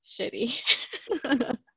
shitty